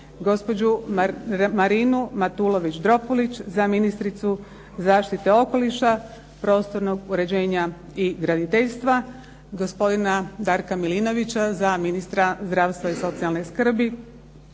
Gospođu MARINU MATULOVIĆ DROPULIĆ za ministricu zaštite okoliša, prostornog uređenja i graditeljstva, Gospodina DARKA MILINOVIĆA za ministra zdravstva i socijalne skrbi,